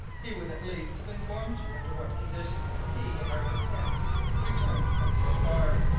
he would at least have informed you under what conditions he and arthur pym returned from so far.